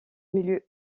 milieu